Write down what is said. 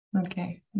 Okay